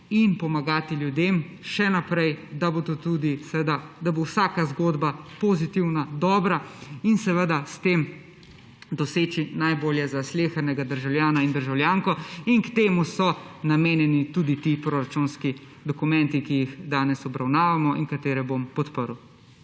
in pomagati ljudem še naprej, da bo vsaka zgodba pozitivna, dobra in seveda s tem doseči najbolje za slehernega državljana in državljanko. Temu so namenjeni tudi ti proračunski dokumenti, ki jih danes obravnavamo in katere bom podprl.